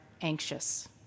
anxious